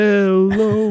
Hello